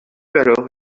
alors